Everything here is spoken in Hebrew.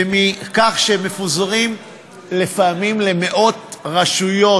ומכך שמפוזרים לפעמים למאות רשויות,